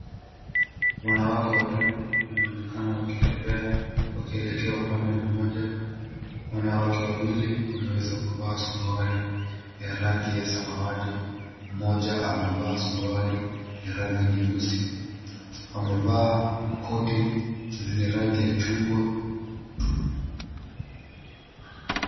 Wanawake watatu anaonekana wakitembea wakielekea upande mmoja. Wanawake wawili wameweza kuvaa suruali ya rangi ya samawati, mmoja amevaa suruali ya rangi nyeusi. Wamevaa koti zenye rangi ya chungwa.